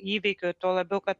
įvykių tuo labiau kad